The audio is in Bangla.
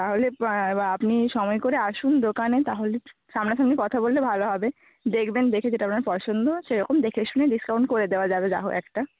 তাহলে আপনি সময় করে আসুন দোকানে তাহলে সামনাসামনি কথা বললে ভালো হবে দেখবেন দেখে যেটা আপনার পছন্দ সেরকম দেখে শুনে ডিসকাউন্ট করে দেওয়া যাবে যা হোক একটা